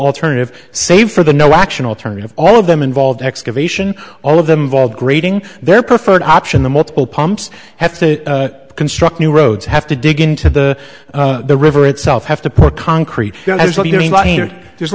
alternative save for the no action alternative all of them involved excavation all of them vald grading their preferred option the multiple pumps have to construct new roads have to dig into the river itself have to pour concrete there's